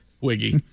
Wiggy